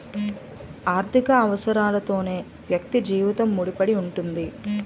ఆర్థిక అవసరాలతోనే వ్యక్తి జీవితం ముడిపడి ఉంటుంది